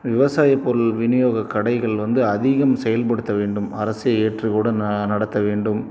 விவசாயப்பொருள் விநியோக கடைகள் வந்து அதிகம் செயல்படுத்த வேண்டும் அரசு ஏற்றுக்கூட ந நடத்த வேண்டும்